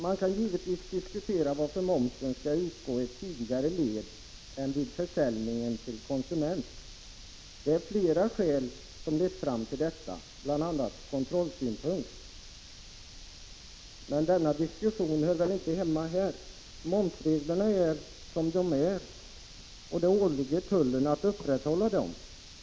Man kan givetvis diskutera varför momsen skall utgå i ett tidigare led än vid försäljningen till konsument. Det är flera skäl som lett fram till detta, bl.a. kontrollsynpunkten. Men den diskussionen hör väl inte hemma här. Momsreglerna är som de är, och det åligger tullen att upprätthålla dem.